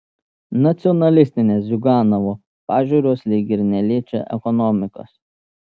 nacionalistinės ziuganovo pažiūros lyg ir neliečia ekonomikos